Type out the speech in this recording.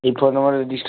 ଏଇ ଫୋନ ନମ୍ବରରେ ରେଜିଷ୍ଟର